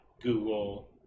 Google